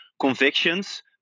convictions